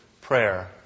prayer